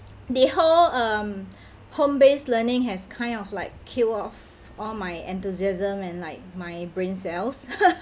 the whole um home based learning has kind of like kill off all my enthusiasm and like my brain cells